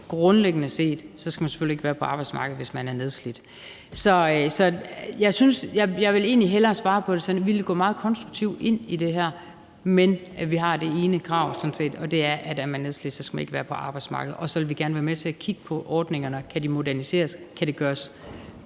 grundlæggende set skal man selvfølgelig ikke være på arbejdsmarkedet, hvis man er nedslidt. Så jeg vil egentlig hellere svare sådan på det, at vi vil gå meget konstruktivt ind i det her, men at vi sådan set har det ene krav, som er, at er man nedslidt, skal man ikke være på arbejdsmarkedet. Så vil vi gerne være med til at kigge på ordningerne og på, om de kan moderniseres, og om det kan gøres